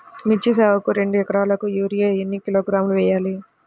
మిర్చి సాగుకు రెండు ఏకరాలకు యూరియా ఏన్ని కిలోగ్రాములు వేయాలి?